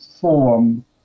form